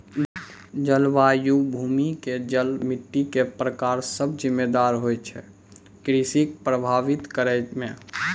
जलवायु, भूमि के जल, मिट्टी के प्रकार सब जिम्मेदार होय छै कृषि कॅ प्रभावित करै मॅ